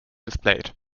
displayed